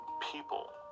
people